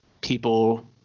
people